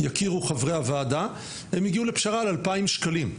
שיכירו חברי הוועדה, הם הגיעו לפשרה על 2,000 ש"ח.